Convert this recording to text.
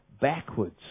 backwards